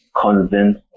convince